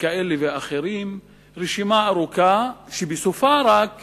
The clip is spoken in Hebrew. כאלה ואחרים, רשימה ארוכה, שרק בסופה יש